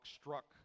struck